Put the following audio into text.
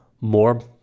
more